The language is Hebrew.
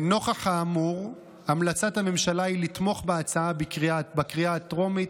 נוכח האמור המלצת הממשלה היא לתמוך בהצעה בקריאה הטרומית